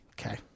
Okay